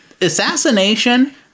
assassination